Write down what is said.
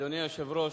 אדוני היושב-ראש,